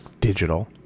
Digital